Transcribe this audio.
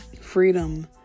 Freedom